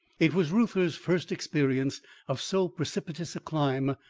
it was reuther's first experience of so precipitous a climb,